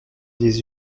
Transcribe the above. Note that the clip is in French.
des